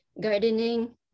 gardening